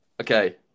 Okay